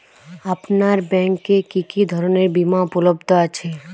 আপনার ব্যাঙ্ক এ কি কি ধরনের বিমা উপলব্ধ আছে?